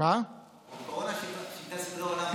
קורונה שינתה סדרי עולם.